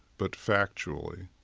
but factually,